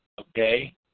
Okay